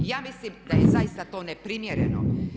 I ja mislim da je zaista to neprimjereno.